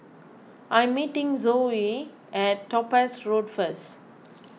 I am meeting Joe at Topaz Road first